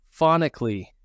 phonically